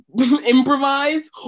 improvise